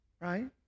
Right